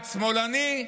בג"ץ שמאלני.